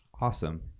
Awesome